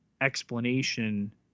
explanation